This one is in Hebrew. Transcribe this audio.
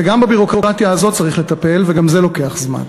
וגם בביורוקרטיה הזאת צריך לטפל, וגם זה לוקח זמן.